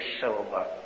sober